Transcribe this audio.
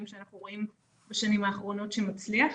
שאנחנו רואים בשנים האחרונות שמצליח,